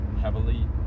heavily